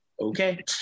okay